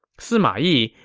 sima yi,